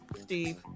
steve